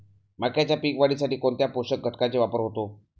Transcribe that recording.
मक्याच्या पीक वाढीसाठी कोणत्या पोषक घटकांचे वापर होतो?